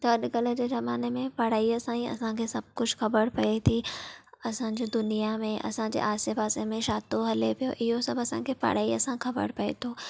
त अॼुकल्ह जे ज़माने में पढ़ाईअ सां ई असां खे सभु कुझु ख़बर पए थी असां जे दुनिया में असां जे आसे पासे में छा थो हले पियो इहो सभु असां खे पढ़ाईअ सां ख़बर पए थो